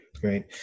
great